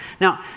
Now